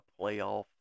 playoff